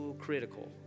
critical